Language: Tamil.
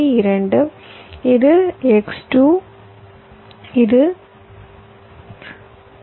2 இது x 2 இது 0